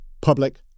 public